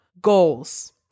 goals